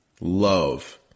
love